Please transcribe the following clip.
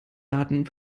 daten